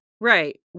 Right